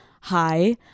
hi